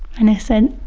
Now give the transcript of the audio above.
and i said